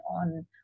on